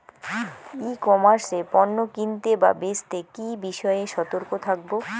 ই commerce এ পণ্য কিনতে বা বেচতে কি বিষয়ে সতর্ক থাকব?